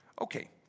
Okay